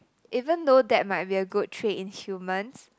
even though that might be a good trait in humans